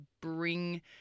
bring